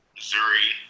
Missouri